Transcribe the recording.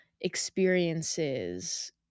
experiences